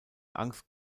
angst